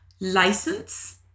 license